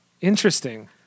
Interesting